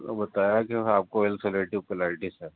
بتایا کہ آپ کو السریٹیو کولائٹس ہے